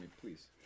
please